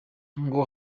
ngo